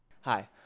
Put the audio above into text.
Hi